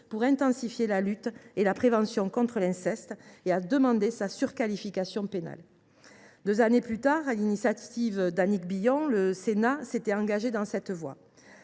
pour intensifier la lutte et la prévention contre l’inceste et à demander sa surqualification pénale. Deux années plus tard, sur l’initiative d’Annick Billon, le Sénat s’était engagé dans cette voie.